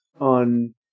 on